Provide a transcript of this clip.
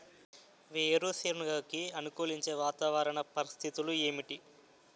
వేరుసెనగ కి అనుకూలించే వాతావరణ పరిస్థితులు ఏమిటి?